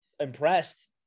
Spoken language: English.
impressed